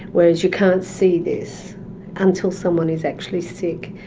whereas you can't see this until someone is actually sick.